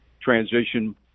Transition